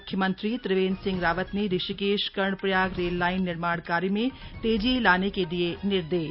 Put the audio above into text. मुख्यमंत्री त्रिवेंद्र सिंह रावत ने Rishikesh Karnaprayag rail line निर्माण कार्य में तेजी लाने के दिये निर्देश